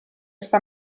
sta